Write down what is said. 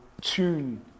tune